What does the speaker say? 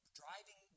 driving